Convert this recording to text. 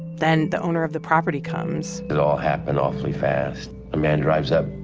then the owner of the property comes it all happened awfully fast. a man drives up,